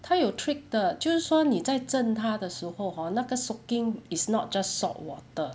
它有 trick 的就是说你在浸它的时候 hor 那个 soaking is not just saltwater